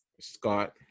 Scott